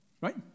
Right